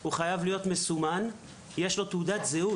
הוא חייב להיות מסומן עם מספר תעודת זהות,